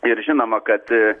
ir žinoma kad